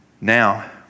Now